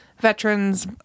veterans